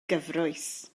gyfrwys